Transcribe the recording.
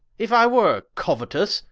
if i were couetous,